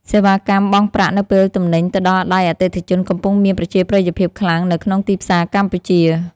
សេវាកម្មបង់ប្រាក់នៅពេលទំនិញទៅដល់ដៃអតិថិជនកំពុងមានប្រជាប្រិយភាពខ្លាំងនៅក្នុងទីផ្សារកម្ពុជា។